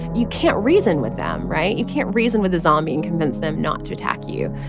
you can't reason with them. right? you can't reason with a zombie and convince them not to attack you.